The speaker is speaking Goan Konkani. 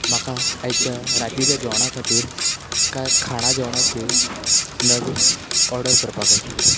म्हाका आयच्या रातिच्या जेवणा खातीर कांय खाणा जेवणाचें नग ऑर्डर करपाक आशिल्लें